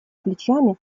плечами